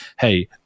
Hey